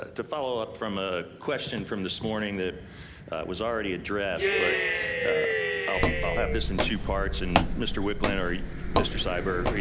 ah to follow up from a question from this morning that was already addressed, but i'll i'll have this in two parts and mr. wicklund or mr. syberg,